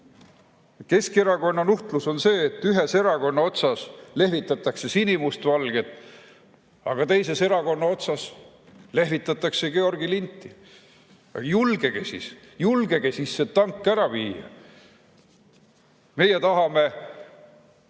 Keskerakonna nuhtlus on see, et ühes erakonna otsas lehvitatakse sinimustvalget, aga teises erakonna otsas lehvitatakse Georgi linti. Julgege siis! Julgege see tank ära viia! Meie tahame,